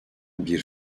bir